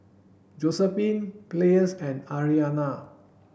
Josephine Pleas and Ariana